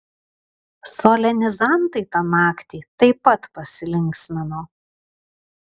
solenizantai tą naktį taip pat pasilinksmino